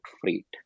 freight